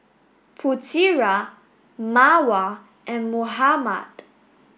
Putera Mawar and Muhammad